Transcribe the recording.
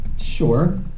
Sure